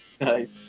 nice